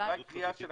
צריכה להיות קריאה של